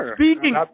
speaking